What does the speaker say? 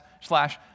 slash